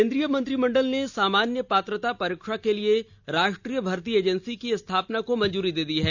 केंद्रीय मंत्रिमंडल ने सामान्या पात्रता परीक्षा के लिए राष्ट्रीय भर्ती एजेंसी की स्थापना को मंजूरी दे दी है